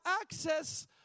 access